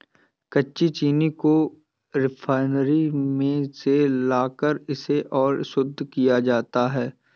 कच्ची चीनी को रिफाइनरी में ले जाकर इसे और शुद्ध किया जाता है